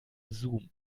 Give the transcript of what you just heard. zoom